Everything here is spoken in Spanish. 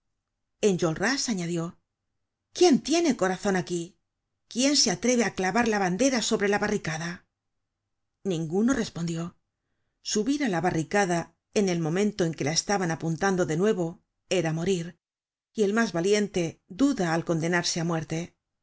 enjolras añadió quién tiene corazon aquí quién se atreve á clavar la bandera sobre la barricada ninguno respondió subirá la barricada en el momento en que la estaban apuntando de nuevo era morir y el mas valiente duda al condenarse á muerte